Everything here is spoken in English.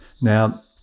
now